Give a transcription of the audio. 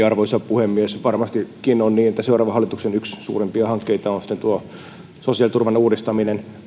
arvoisa puhemies varmastikin on niin että seuraavan hallituksen yksi suurimpia hankkeita on sitten sosiaaliturvan uudistaminen